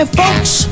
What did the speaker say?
folks